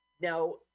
Now